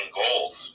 goals